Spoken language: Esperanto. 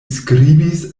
skribis